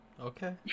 Okay